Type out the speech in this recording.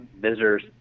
Visitors